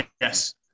yes